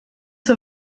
vor